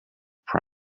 pray